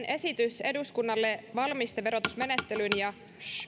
esitys eduskunnalle valmisteverotusmenettelyn ja